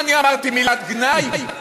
מה, אני אמרתי מילת גנאי?